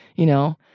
you know,